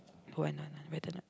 don't want want lah better not